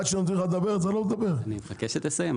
מג'מייקה ומקניה,